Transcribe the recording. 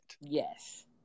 Yes